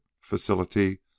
facility